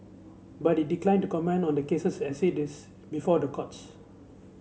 but it declined to comment on the cases as it is before the courts